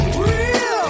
real